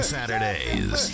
Saturdays